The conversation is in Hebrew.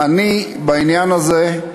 אני בעניין הזה,